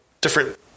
different